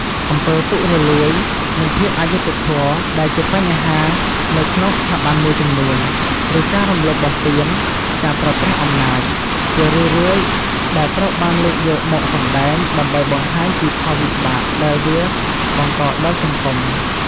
អំពើពុករលួយ និងភាពអយុត្តិធម៌ដែរជាបញ្ហានៅក្នុងស្ថាប័នមួយចំនួន ឬការរំលោភបំពាន ការប្រើប្រាស់អំណាច ជារឿយៗដែលត្រូវបានលើកយកមកសម្តែង ដើម្បីបង្ហាញពីផលវិបាកដែលវាបង្កដល់សង្គម ។